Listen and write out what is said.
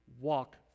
walk